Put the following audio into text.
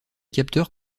capteurs